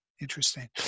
Interesting